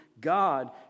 God